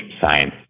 science